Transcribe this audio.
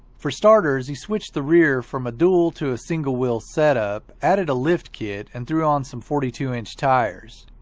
for starters, he switched the rear from a dual to a single wheel set-up, added a lift kit, and threw on some forty two inch tires.